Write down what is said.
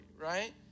right